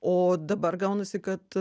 o dabar gaunasi kad